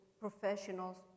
Professionals